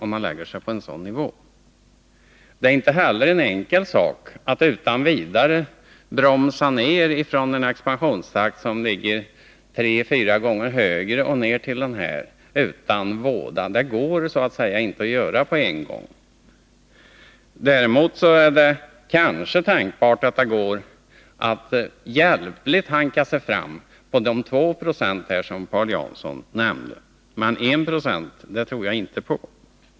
Det är heller ingen enkel sak att utan vidare bromsa upp en expansionstakt på 3 eller 4 76 och få ned den till 1 26. Det går inte utan vådor att göra det på en gång. Däremot är det kanske tänkbart att det går att hjälpligt hanka sig fram med en volymökning på 2 Zo, som Paul Jansson nämnde.